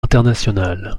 internationale